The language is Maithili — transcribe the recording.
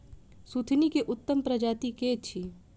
सुथनी केँ उत्तम प्रजाति केँ अछि?